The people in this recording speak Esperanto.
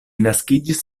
naskiĝis